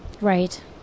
Right